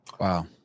Wow